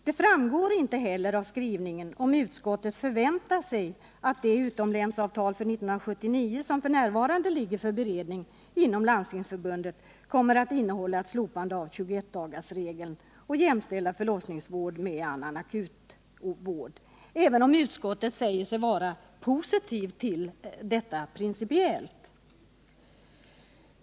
Det framgår inte heller av skrivningen om utskottet förväntar sig att det utomlänsavtal för 1979 som f.n. ligger för beredning inom Landstingsförbundet kommer att innehålla ett slopande av 21-dagarsregeln och jämställa förlossningsvård med annan akutvård, även om utskottet säger sig principiellt vara positivt till detta.